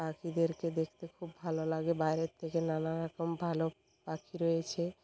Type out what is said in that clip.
পাখিদেরকে দেখতে খুব ভালো লাগে বাইরের থেকে নানা রকম ভালো পাখি রয়েছে